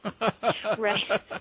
Right